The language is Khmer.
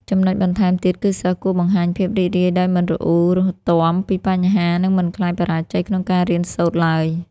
ចំណុចបន្ថែមទៀត គឺសិស្សគួរបង្ហាញភាពរីករាយដោយមិនរអ៊ូរទាំពីបញ្ហា និងមិនខ្លាចបរាជ័យក្នុងការរៀនសូត្រទ្បើយ។